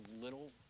little